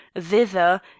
thither